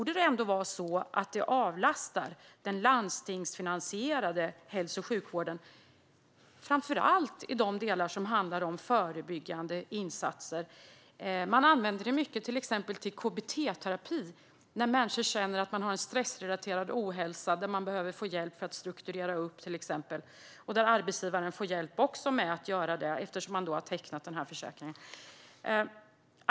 Det borde avlasta den landstingsfinansierade hälso och sjukvården, framför allt i de delar som handlar om förebyggande insatser. Man använder detta mycket till exempelvis KBT-terapi, när människor känner att de har en stressrelaterad ohälsa och behöver få hjälp med att strukturera upp tillvaron. Detta möjliggörs genom att arbetsgivaren har tecknat den här försäkringen.